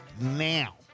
now